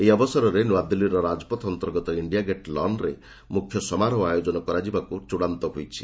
ଏହି ଅବସରରେ ନୂଆଦିଲ୍ଲୀର ରାଜପଥ ଅନ୍ତର୍ଗତ ଇଣ୍ଡିଆଗେଟ୍ ଲନ୍ରେ ମୁଖ୍ୟ ସମାରୋହ ଆୟୋଜନ କରିବାକୁ ଚୂଡ଼ାନ୍ତ ହୋଇଛି